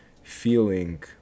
feeling